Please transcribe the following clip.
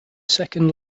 second